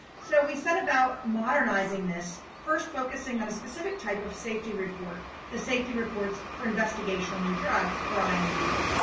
so we said about modernizing this first focusing on a specific type of safety report the safety reports for investigational new drugs or i n ds.